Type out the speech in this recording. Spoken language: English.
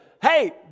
Hey